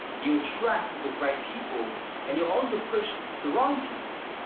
you attract the right people and you'll also push the wrong people.